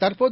தற்போது